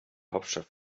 hauptstadt